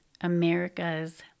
America's